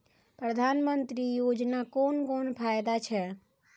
प्रधानमंत्री योजना कोन कोन फायदा छै?